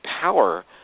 power